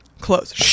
close